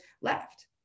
left